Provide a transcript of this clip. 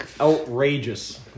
outrageous